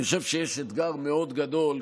אני חושב שיש אתגר מאוד גדול,